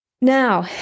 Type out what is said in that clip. Now